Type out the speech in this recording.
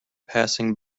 passing